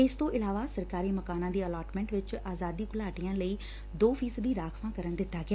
ਇਸ ਤੋਂ ਇਲਾਵਾ ਸਰਕਾਰੀ ਮਕਾਨਾਂ ਦੀ ਅਲਾਟਸੈਟ ਵਿਚ ਆਜ਼ਾਦੀ ਘੁਲਾਟੀਆਂ ਲਈ ਦੋ ਫ਼ੀਸਦੀ ਰਾਖਵਾਕਰਨ ਦਿੱਤਾ ਗਿਆ